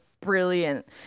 brilliant